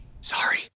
Sorry